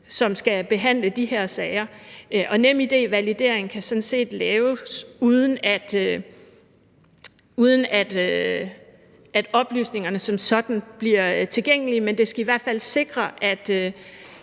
skal behandle de her sager. Og NemID-validering kan sådan set laves, uden at oplysningerne som sådan bliver tilgængelige, men den skal i hvert fald sikre, at